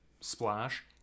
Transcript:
splash